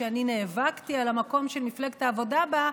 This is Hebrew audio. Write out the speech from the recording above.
אני נאבקתי על המקום של מפלגת העבודה בה,